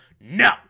no